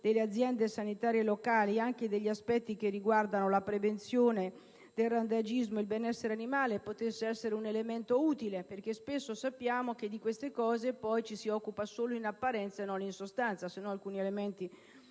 delle aziende sanitarie locali anche degli aspetti che riguardano la prevenzione del randagismo e il benessere animale potesse essere un elemento utile, perché sappiamo che spesso di queste cose poi ci si occupa solo in apparenza e non nella sostanza, altrimenti alcuni elementi